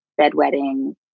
bedwetting